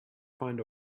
find